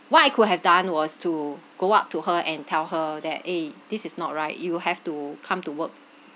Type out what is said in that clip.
what I could have done was to go up to her and tell her that eh this is not right you have to come to work